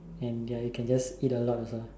and ya you can just eat a lot also